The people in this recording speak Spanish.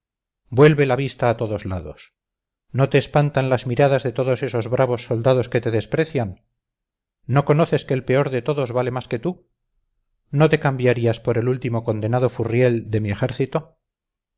vuelve la vista a todos lados no te espantan las miradas de todos esos bravos soldados que te desprecian no conoces que el peor de todos vale más que tú no te cambiarías por el último condenado furriel de mi ejército